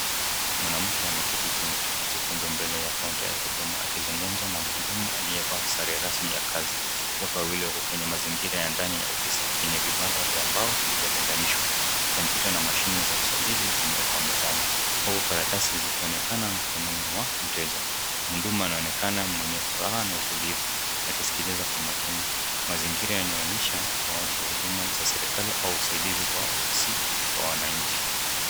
Mwanamke ameketi kwenye kiti chekundu mbele ya counter ya huduma akizungumza na mhudumu aliye vaa sare rasmi ya kazi. Watu wawili wako kwenye mazingira ya ndani ya ofisi yenye vibanda vya mbao vilivyo tenganishwa. Kompyuta na mashine za usajili zimewekwa mezani huku karatsi zikionekana mikonononi mwa mteja. Mhudumu anaonekana mwenye furaha na utulivu akisikiliza kwa makini. Mazingira yanaonyesha utoaji wa huduma za serikali au usaidizi kwa ofisi kwa mwananchi.